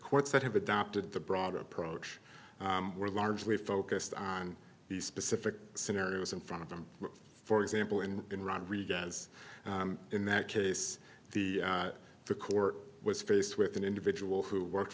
courts that have adopted the broader approach were largely focused on the specific scenarios in front of them for example and in rodriguez in that case the the court was faced with an individual who worked